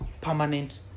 permanent